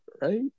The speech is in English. right